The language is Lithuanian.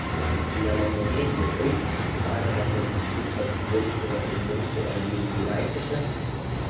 nematomieji dievai susibarę vardan diskurso įtvirtinimo ir nimfų alyvų giraitėse